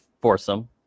foursome